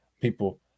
people